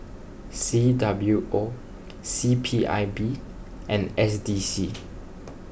C W O C P I B and S D C